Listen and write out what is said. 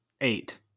Eight